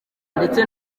ndetse